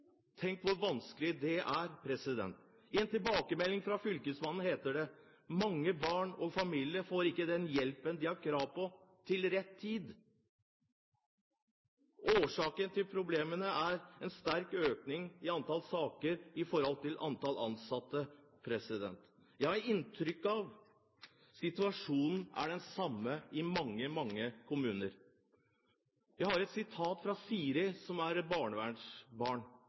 Tenk hvor vanskelig det er. I en tilbakemelding fra fylkesmannen heter det: «Mange barn og familier får ikke den hjelpen de har krav på til rett tid». Årsaken til problemene er en sterk økning i antall saker i forhold til antall ansatte. Jeg har inntrykk av at situasjonen er den samme i mange, mange kommuner. Jeg har et sitat fra Siri, som er barnevernsbarn: